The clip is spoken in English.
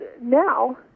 now